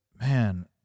man